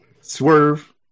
Swerve